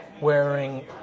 wearing